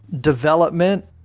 development